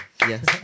Yes